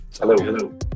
Hello